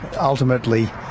ultimately